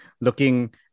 looking